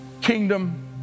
kingdom